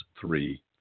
three